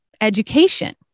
education